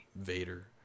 Vader